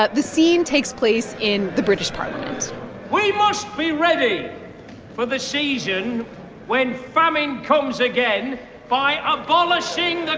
but the scene takes place in the british parliament we must be ready for the season when famine comes again by abolishing